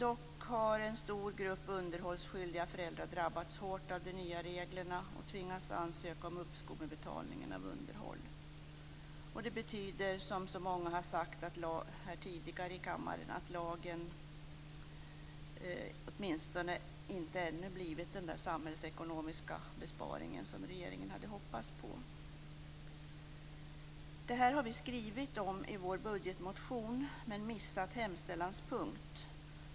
Dock har en stor grupp underhållsskyldiga föräldrar drabbats hårt av de nya reglerna och tvingats ansöka om uppskov med betalningen av underhåll. Det betyder, som så många har sagt tidigare här i kammaren, att lagen åtminstone inte ännu blivit den samhällsekonomiska besparing som regeringen hade hoppats på. Det här har vi skrivit om i vår budgetmotion men missat som hemställanspunkt.